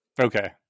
Okay